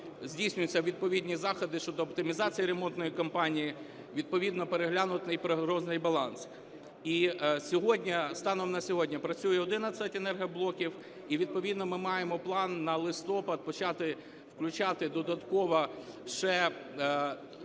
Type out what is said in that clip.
здійснюються відповідні заходи щодо оптимізації ремонтної кампанії, відповідно переглянутий і природний баланс. І станом на сьогодні працює 11 енергоблоків. І відповідно ми маємо план на листопад почати включати додатково ще